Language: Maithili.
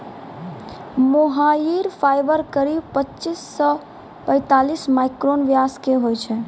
मोहायिर फाइबर करीब पच्चीस सॅ पैतालिस माइक्रोन व्यास के होय छै